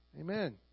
Amen